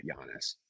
Giannis